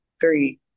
three